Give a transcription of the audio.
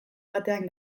batean